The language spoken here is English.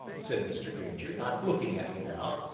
said mr. grainger, not looking at me now,